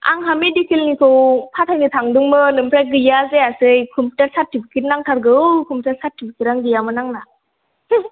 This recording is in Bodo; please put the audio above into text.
आंहा मेडिकेलनिखौ फाथायनो सानदोंमोन आमफ्राय गैया जायासै कमप्युटार सार्टिफिकेट नांथारगौ कमप्युटार सार्टिफिकेटानो गैयामोन आंना